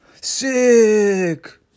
Sick